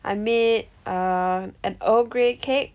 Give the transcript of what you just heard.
I made err an earl grey cake